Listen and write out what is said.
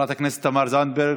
חברת הכנסת תמר זנדברג,